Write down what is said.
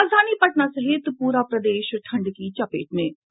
राजधानी पटना सहित पूरा प्रदेश ठंड की चपेट में है